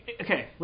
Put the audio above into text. Okay